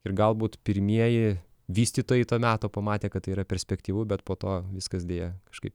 ir galbūt pirmieji vystytojai to meto pamatė kad tai yra perspektyvu bet po to viskas deja kažkaip